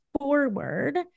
forward